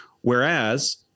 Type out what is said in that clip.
Whereas